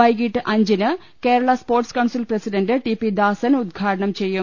വൈകീട്ട് അഞ്ചിന് Kerala sports council president T P Dasan ഉദ്ഘാടനം ചെയ്യും